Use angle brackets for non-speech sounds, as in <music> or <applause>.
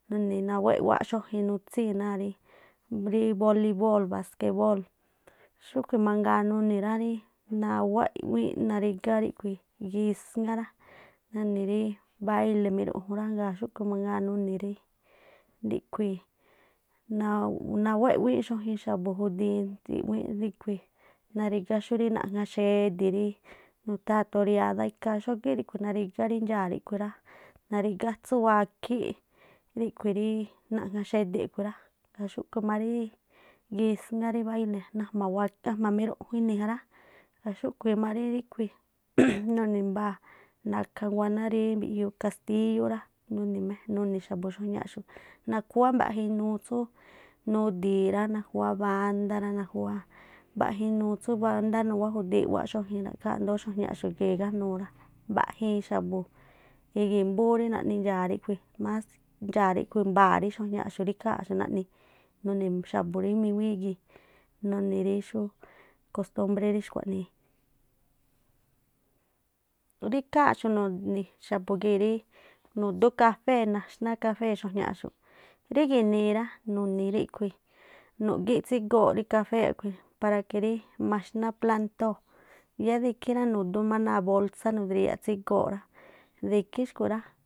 <unintelligible> nawáꞌ i̱ꞌwáaꞌ xuajin nutsíi̱ náa̱ rí bolibol, baskebol xúꞌkhui̱ mangaa rá nuni̱ i̱ꞌwíínꞌ narígá ríꞌkhui̱ gisŋáa rá nuni̱ rí báile miruꞌjun rá, gaa̱ xúꞌkhu̱ mangaa nuni̱ rí ríꞌkhui̱ nawáꞌ i̱wíínꞌ xógin xa̱bu̱ judiin rí iꞌwiíinꞌ ríꞌkhui̱, nrígá xurí naꞌŋa xe̱di̱, rí nutháa̱n toriádá ikhaa xógíꞌ ríꞌkhui̱ narigá rí ndxaa̱ ríꞌkhui̱ rá, narígá atsú wakhí ríꞌkhui̱ rí naŋa xe̱di̱ khui̱ rá. Ngaa̱ xúꞌkhu̱ má rí gisŋá rí baile̱ <unintelligible> ajma̱ miruꞌjun ini̱ ja rá. Ngaa̱ xúꞌkhui̱ má ríꞌkhui̱ <noise> nuni̱ mbaa̱ naka nguáná rí mbiꞌjiuu kastiyú rá nuni̱ xa̱bu̱ xuajñaꞌxu̱, nakhuá mbaꞌja inuu tsú nudi̱i rá, najúwá bandá rá, nawá mbaꞌja inuu tsú bándá nuwájudii̱n i̱ꞌwáꞌ xuajin, ra̱ꞌkháá indóó xuajñaꞌxu̱ gii̱ igájnuu rá. Mbaꞌjiin xa̱bu̱ igi̱mbúún rí naꞌni ndxaa̱ ríꞌkhui̱ mas dxaa̱ ríꞌkhui̱ mbaa̱ rí xuajñaꞌxu̱ rí ikháanꞌxu̱ naꞌni nuni̱ xa̱bu̱ rí míŋuíí gii̱, nuni̱ rí xú costúmbré rí xkuaꞌnii. Rí ikháa̱nꞌxu̱ nu̱ni̱ xa̱bu̱ gii̱ rí nu̱dú kafée̱ naxná xuajñaꞌxu̱ꞌ. Rí gi̱nii rá nuni̱ ríꞌkhui̱ nu̱gíꞌ tsígooꞌ rí kafé khui̱ para que rí maxná plantóo̱ yáá de ikhí rá nudú má náa̱ bolsá nudríyáꞌ tsígoo de ikhí xkhu̱ rá.